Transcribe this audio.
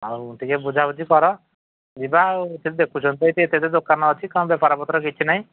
ଆଉ ଟିକେ ବୁଝା ବୁଝି କର ଯିବା ଆଉ ଦେଖୁଛନ୍ତି ତ ଏଠି ଏତେ ଏତେ ଦୋକାନ ଅଛି କ'ଣ ବେପାର ପତ୍ର କିଛି ନାହିଁ